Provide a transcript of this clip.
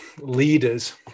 leaders